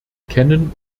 kennen